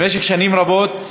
במשך שנים רבות,